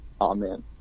amen